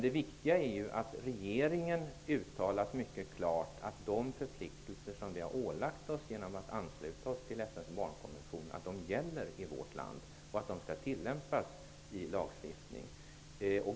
Det viktiga är att regeringen mycket klart har uttalat att de förpliktelser som vi har ålagt oss genom att ansluta oss till FN:s barnkonvention gäller i vårt land och skall tillämpas i lagstiftning.